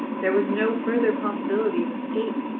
there was no further possibility of escape,